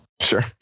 Sure